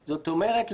זאת אומרת,